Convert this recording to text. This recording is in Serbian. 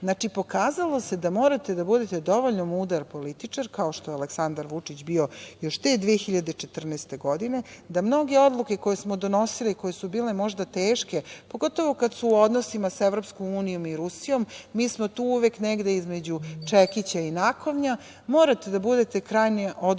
finansije. Pokazalo se da morate da budete dovoljno mudar političar, kao što je Aleksandar Vučić bio još te 2014. godine, da mnoge odluke koje smo donosili, koje su bile možda teške, pogotovo kad su odnosima sa EU i Rusijom, mi smo tu uvek negde između čekića i nakovnja, morate da budete krajnje odgovorni,